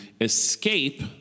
escape